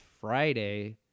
Friday